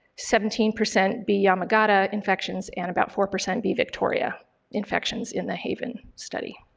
seventeen percent b yamagata infections, and about four percent b victoria infections in the haven study.